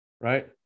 Right